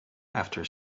after